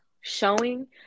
showing